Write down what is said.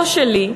לא שלי,